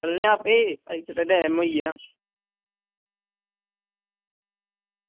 जन्ने आं आपें ऐहीं केह्ड़ा टाईम होई गेआ